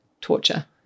torture